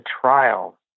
trial